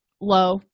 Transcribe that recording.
low